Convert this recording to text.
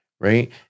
Right